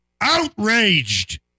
outraged